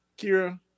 Kira